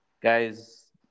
guys